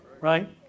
Right